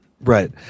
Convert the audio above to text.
Right